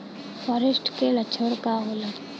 फारेस्ट के लक्षण का होला?